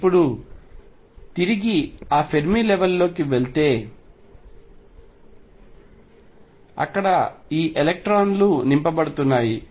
ఇప్పుడు తిరిగి ఆ ఫెర్మి లెవెల్ కి వెళ్తే అక్కడ ఈ ఎలక్ట్రాన్లు నింపబడుతున్నాయి